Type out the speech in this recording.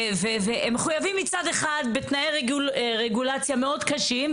הם מחויבים מצד אחד בתנאי רגולציה מאוד קשים.